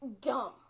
dumb